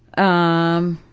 on